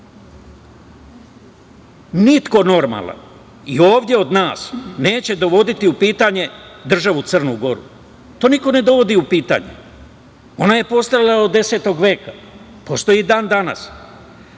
Niko normalan i ovde od nas neće dovoditi u pitanje državu Crnu Goru. To niko ne dovodi u pitanje. Ona je postojala od 19. veka, postoji i dan danas.